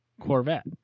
Corvette